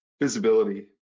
visibility